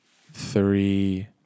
three